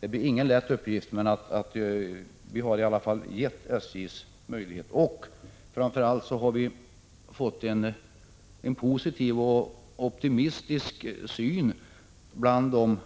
Det blir ingen lätt uppgift, men SJ har i alla fall fått möjligheten. Framför allt har alla anställda inom SJ-koncernen fått en positiv och optimistisk syn under